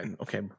Okay